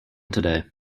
today